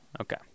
Okay